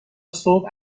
صبح